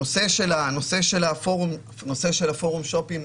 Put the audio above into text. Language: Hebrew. הנושא של פורום שופינג,